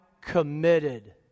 committed